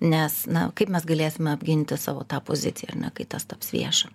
nes na kaip mes galėsime apginti savo tą poziciją ar ne kai tas taps vieša